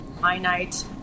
finite